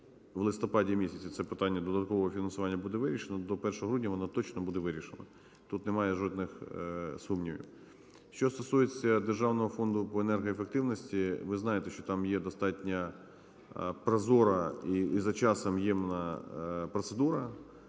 в листопаді місяці це питання додаткового фінансування буде вирішено, до 1 грудня воно точно буде вирішено, тут немає жодних сумнівів. Що стосується Державного фонду по енергоефективності, ви знаєте, що там є достатньо прозора і за часом ємна процедура